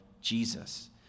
Jesus